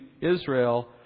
Israel